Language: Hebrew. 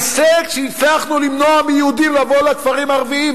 ההישג שהצלחנו למנוע מיהודים לבוא לכפרים ערביים